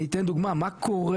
אני אתן דוגמא, מה קורה